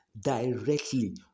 directly